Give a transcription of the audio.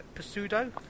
Pseudo